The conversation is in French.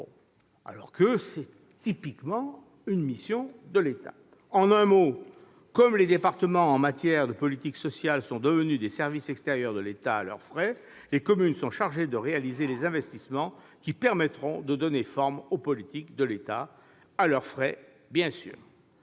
CE1alors qu'il s'agit typiquement d'une mission de l'État. En un mot, comme les départements, en matière de politique sociale, sont devenus des services extérieurs de l'État à leurs frais, les communes sont chargées de réaliser les investissements qui permettront de donner forme aux politiques de l'État, à leurs frais bien sûr.